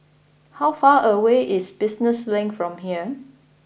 how far away is Business Link from here